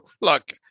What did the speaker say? look